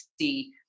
see